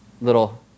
little